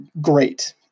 great